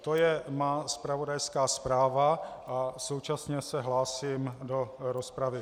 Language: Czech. To je má zpravodajská zpráva a současně se hlásím do rozpravy.